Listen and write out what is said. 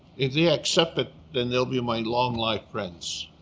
if they accept it, then they'll be my long life friends,